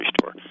store